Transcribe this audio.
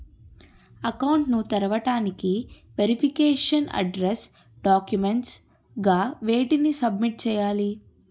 Account ను తెరవటానికి verification address documents గా వేటిని సబ్మిట్ చేయాలి?